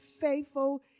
faithful